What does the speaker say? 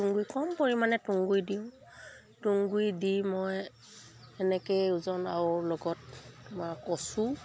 তুঁহ গুৰি কম পৰিমাণে তুঁহ গুৰি দিওঁ তুঁহ গুৰি দি মই এনেকৈ ওজন আৰু লগত তোমাৰ কচু